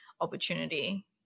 opportunity